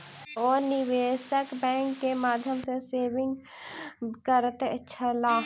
ओ निवेशक बैंक के माध्यम सॅ निवेश करैत छलाह